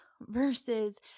versus